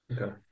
Okay